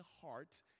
heart